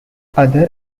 other